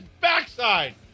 backside